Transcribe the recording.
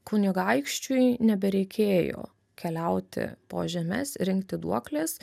kunigaikščiui nebereikėjo keliauti po žemes rinkti duokles